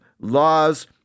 laws